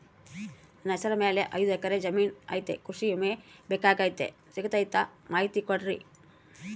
ನನ್ನ ಹೆಸರ ಮ್ಯಾಲೆ ಐದು ಎಕರೆ ಜಮೇನು ಐತಿ ಕೃಷಿ ವಿಮೆ ಬೇಕಾಗೈತಿ ಸಿಗ್ತೈತಾ ಮಾಹಿತಿ ಕೊಡ್ರಿ?